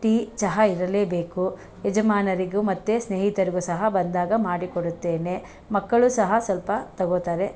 tea ಚಹಾ ಇರಲೇಬೇಕು ಯಜಮಾನರಿಗು ಮತ್ತು ಸ್ನೇಹಿತರಿಗು ಸಹ ಬಂದಾಗ ಮಾಡಿಕೊಡುತ್ತೇನೆ ಮಕ್ಕಳು ಸಹ ಸಲ್ಪ ತಗೋತಾರೆ